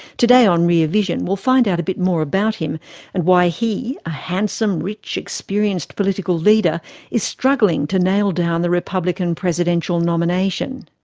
today on rear vision we'll find out a bit more about him and why he a handsome, rich, experienced political leader is struggling to nail down the republican presidential nomination.